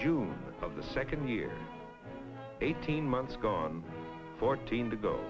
of the second year eighteen months gone fourteen to go